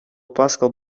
pascal